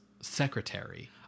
secretary